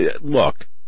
look